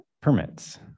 permits